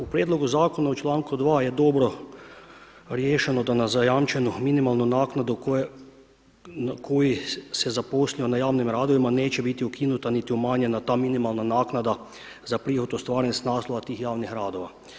U prijedlogu zakona u članku 2. je dobro riješeno da na zajamčenu minimalnu naknadu koji se zaposlio na javnim radovima neće biti ukinuta niti umanjena ta minimalna naknada za prihod ostvaren s naslova tih javnih radova.